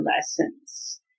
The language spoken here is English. lessons